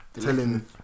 telling